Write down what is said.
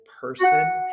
person